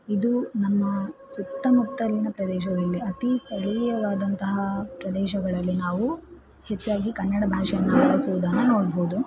ಇದು ನಮ್ಮ ಸುತ್ತಮುತ್ತಲಿನ ಪ್ರದೇಶದಲ್ಲಿ ಅತಿ ಸ್ಥಳೀಯವಾದಂತಹ ಪ್ರದೇಶಗಳಲ್ಲಿ ನಾವು ಹೆಚ್ಚಾಗಿ ಕನ್ನಡ ಭಾಷೆಯನ್ನು ಬಳಸುವುದನ್ನು ನೋಡಬಹುದು